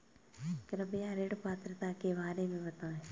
कृपया ऋण पात्रता के बारे में बताएँ?